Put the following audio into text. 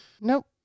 Nope